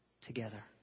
together